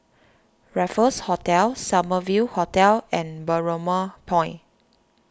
Raffles Hotel Summer View Hotel and Balmoral Point